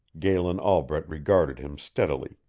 galen albret regarded him steadily.